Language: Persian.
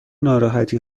ناراحتی